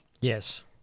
Yes